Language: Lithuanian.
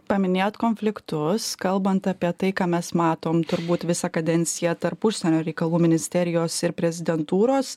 paminėjot konfliktus kalbant apie tai ką mes matom turbūt visą kadenciją tarp užsienio reikalų ministerijos ir prezidentūros